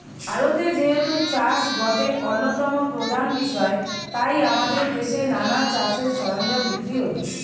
ভারতে যেহেতু চাষ গটে অন্যতম প্রধান বিষয় তাই আমদের দেশে নানা চাষের সরঞ্জাম বিক্রি হতিছে